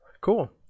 Cool